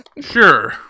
Sure